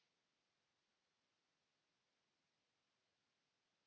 Kiitos.